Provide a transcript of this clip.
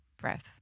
breath